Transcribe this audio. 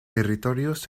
territorios